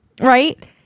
right